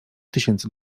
tysięcy